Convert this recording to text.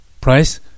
price